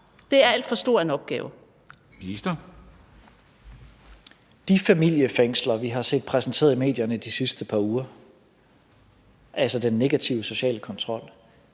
integrationsministeren (Mattias Tesfaye): De familiefængsler, vi har set præsenteret i medierne de sidste par uger, altså den negative sociale kontrol,